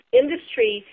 industry